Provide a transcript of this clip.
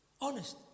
Honest